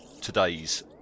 today's